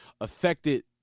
affected